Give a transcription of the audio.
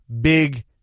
big